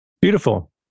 Beautiful